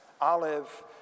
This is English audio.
olive